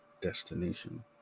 destination